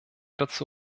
dazu